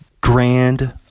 grand